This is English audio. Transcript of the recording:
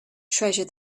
treasure